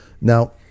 Now